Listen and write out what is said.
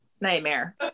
nightmare